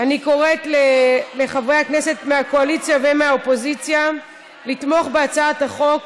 אני קוראת לחברי הכנסת מהקואליציה ומהאופוזיציה לתמוך בהצעת החוק,